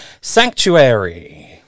Sanctuary